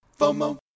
FOMO